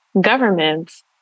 governments